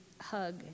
hug